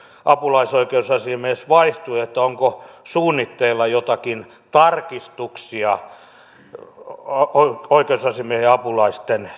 apulaisoikeusasiamies vaihtui onko suunnitteilla jotakin tarkistuksia oikeusasiamiehen ja apulaisten